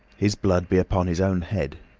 his blood be upon his own head.